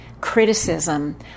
criticism